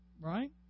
right